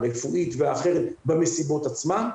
הרפואית והאחרת במסיבות עצמן,